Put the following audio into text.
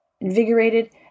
invigorated